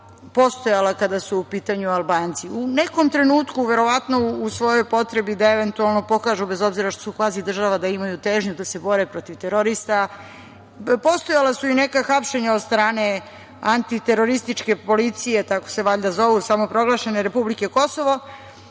postojala kada su u pitanju Albanci. U nekom trenutku verovatno u svojoj potrebi da eventualno pokažu bez obzira što su kvazi država da imaju težnju da se bore protiv terorista, postojala su i neka hapšenja od strane antiterorističke policije, tako se valjda zovu, samoproglašene republike Kosovo,